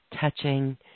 touching